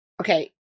Okay